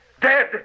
Dead